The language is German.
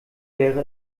wäre